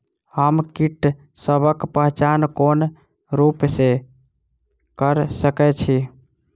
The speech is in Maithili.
हम कीटसबक पहचान कोन रूप सँ क सके छी?